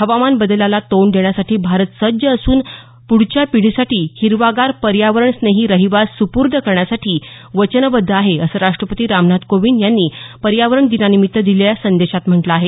हवामान बदलाला तोंड देण्यासाठी भारत सज्ज असून पुढल्या पिढीसाठी हिरवागार पर्यावरणस्नेही रहिवास सुपूर्द करण्यासाठी वचनबद्ध आहे असं राष्ट्रपती रामनाथ कोविंद यांनी पर्यावरण दिनानिमित्त दिलेल्या संदेशात म्हटलं आहे